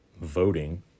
voting